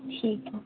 ठीक है